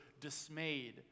dismayed